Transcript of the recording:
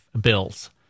bills